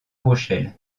rochelle